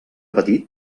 petit